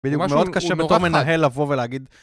מאוד קשה בתור מנהל לבוא ולהגיד...